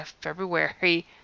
February